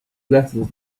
lähtudes